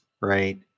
right